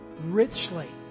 richly